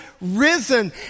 risen